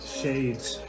shades